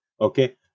okay